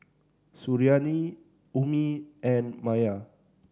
Suriani Ummi and Maya